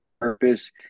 purpose